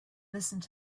listened